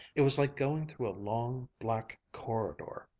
it was like going through a long black corridor.